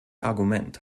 argument